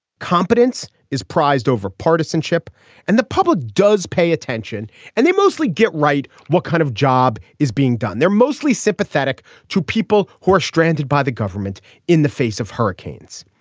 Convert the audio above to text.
competence is prized over partisanship and the public does pay attention and they mostly get right. what kind of job is being done there mostly sympathetic to people who are stranded by the government in the face of hurricanes.